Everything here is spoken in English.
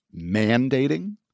mandating